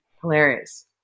Hilarious